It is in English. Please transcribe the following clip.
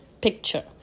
picture